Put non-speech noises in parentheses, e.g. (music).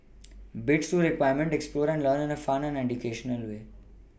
(noise) bits to experiment explore and learn in a fun and educational way